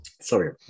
Sorry